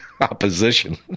opposition